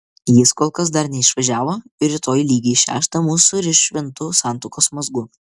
jis kol kas dar neišvažiavo ir rytoj lygiai šeštą mus suriš šventu santuokos mazgu